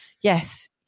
yes